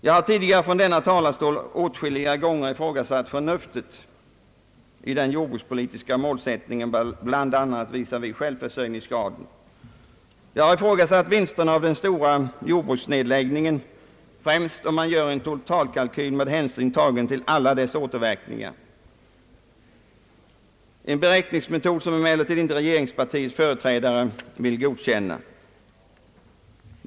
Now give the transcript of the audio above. Jag har tidigare från denna talarstol åtskilliga gånger ifrågasatt förnuftet i den jordbrukspolitiska målsättningen, bland annat vad gäller självförsörjningsgraden. Jag har tidigare ifrågasatt vinsterna av den stora jordbruksnedläggningen främst om man gör en totalkalkyl med hänsyn tagen till alla dess återverkningar, en beräkningsmetod som emellertid regeringspartiets företrädare inte vill godkänna.